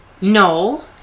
no